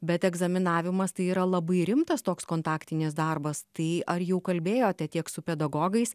bet egzaminavimas tai yra labai rimtas toks kontaktinis darbas tai ar jau kalbėjote tiek su pedagogais